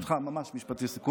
ברשותך, אלה ממש משפטי סיכום.